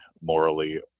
morally